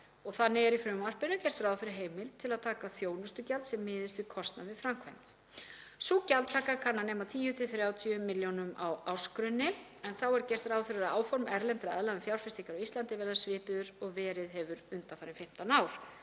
að. Þannig er í frumvarpinu gert ráð fyrir heimild til að taka þjónustugjald sem miðist við kostnað við framkvæmd. Sú gjaldtaka kann að nema 10–30 millj. kr. á ársgrunni en þá er gert ráð fyrir að áform erlendra aðila um fjárfestingar á Íslandi verði svipuð og verið hefur undanfarin 15 ár.